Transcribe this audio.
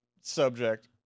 subject